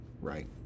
Right